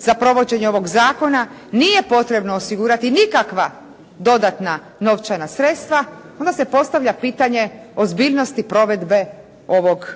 za provođenje ovog zakona nije potrebno osigurati nikakva dodatna novčana sredstva onda se postavlja pitanje ozbiljnosti provedbe ovog